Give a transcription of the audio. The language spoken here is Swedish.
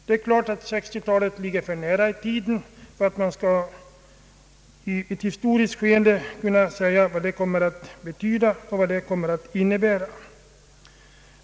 Det är klart att 1960-talet ligger för nära i tiden för att man ur historisk synpunkt skall kunna säga vad det kommer att innebära.